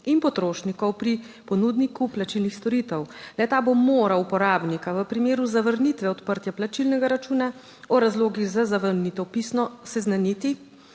in potrošnikov pri ponudniku plačilnih storitev. Le ta bo moral uporabnika v primeru zavrnitve odprtja plačilnega računa o razlogih za zavrnitev pisno seznaniti,